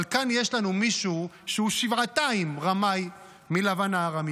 אבל כאן יש לנו מישהו שהוא שבעתיים רמאי מלבן הארמי.